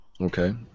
Okay